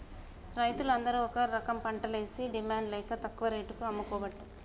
రైతులు అందరు ఒక రకంపంటలేషి డిమాండ్ లేక తక్కువ రేటుకు అమ్ముకోబట్టే